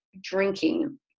drinking